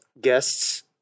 guests